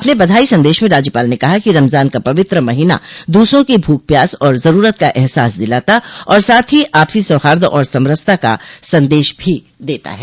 अपने बधाई संदेश में राज्यपाल ने कहा कि रमजान का पवित्र महीना दूसरों की भूख प्यास और जरूरत का अहसास दिलाता और साथ ही आपसी सौहार्द और समरसता का सन्देश भी देता है